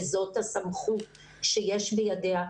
וזאת הסמכות שיש בידיה,